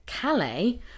calais